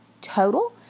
total